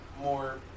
more